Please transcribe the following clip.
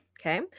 okay